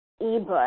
ebook